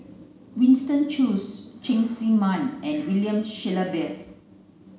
Winston Choos Cheng Tsang Man and William Shellabear